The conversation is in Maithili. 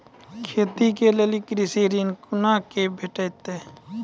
खेती के लेल कृषि ऋण कुना के भेंटते?